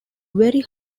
very